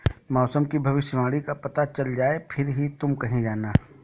मौसम की भविष्यवाणी का पता चल जाए फिर ही तुम कहीं जाना